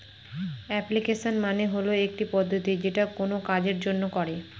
application মানে হল পদ্ধতি যেটা কোনো কাজের জন্য করে